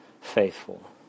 faithful